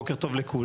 בוקר טוב לכולם,